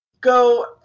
go